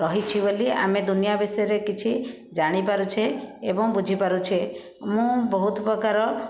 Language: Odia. ରହିଛି ବୋଲି ଆମେ ଦୁନିଆଁ ବିଷୟରେ କିଛି ଜାଣି ପାରୁଛେ ଏବଂ ବୁଝିପାରୁଛେ ମୁଁ ବହୁତ ପ୍ରକାର